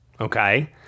okay